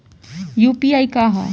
UPI का ह?